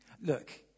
Look